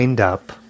up